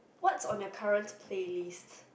what's on the current playlist